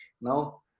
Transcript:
Now